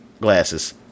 glasses